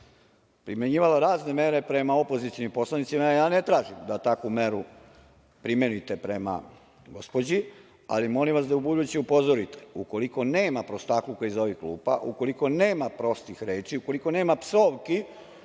primenjivala razne mere prema opozicionim poslanicima, ja ne tražim da takvu meru primenite prema gospođi, ali molim vas da ubuduće upozorite ukoliko nema prostakluka iz ovih klupa, ukoliko nema prostih reči, ukoliko nema psovki,